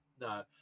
No